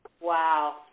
Wow